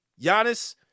Giannis